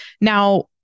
now